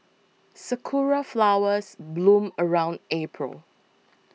sakura flowers bloom around April